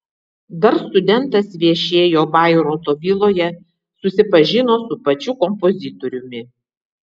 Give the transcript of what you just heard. dar studentas viešėjo bairoito viloje susipažino su pačiu kompozitoriumi